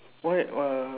why uh